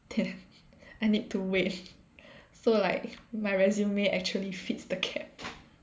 then I need to wait so like my resume actually fits the CAP